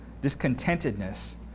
discontentedness